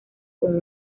con